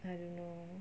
I don't know